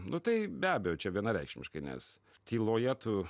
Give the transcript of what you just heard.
nu tai be abejo čia vienareikšmiškai nes tyloje tu